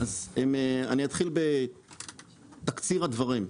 אז אני אתחיל בתקציר הדברים,